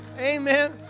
Amen